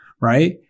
right